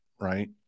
Right